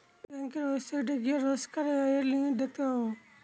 ব্যাঙ্কের ওয়েবসাইটে গিয়ে রোজকার ব্যায়ের লিমিট দেখতে পাবো